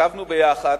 וישבנו ביחד,